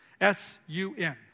S-U-N